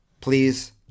Please